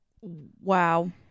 Wow